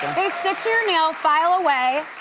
they stick to your nail, file away.